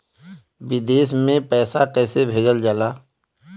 विदेश में पैसा कैसे भेजल जाला?